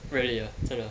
really ah 真的